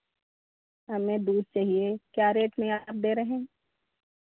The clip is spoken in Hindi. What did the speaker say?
हमें दूध चहिए क्या रेट में आप दे रहे हैं